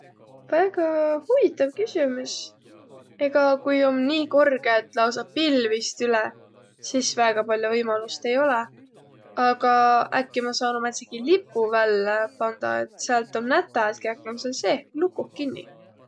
Väega huvitav küsümüs. Ega kui om nii korgõ, et lausa pilvist üle, sis väega pall'o võimalust ei olõq, aga äkki ma saanuq määntsegi lipu vällä pandaq, et säält om nätäq, et kiäki om sääl seeh lukuh, kinni.